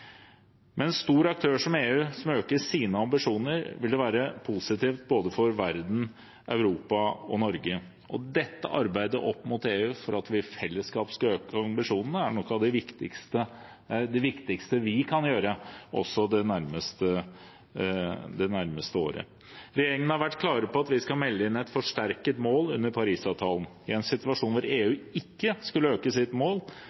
en stor aktør som EU øker sine ambisjoner, vil det være positivt både for verden, Europa og Norge, og dette arbeidet opp mot EU for at vi i fellesskap skal øke ambisjonene, er nok av det viktigste vi kan gjøre også det nærmeste året. Regjeringen har vært klar på at vi skal melde inn et forsterket mål under Parisavtalen. I en situasjon hvor EU ikke skulle øke sitt mål,